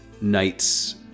knights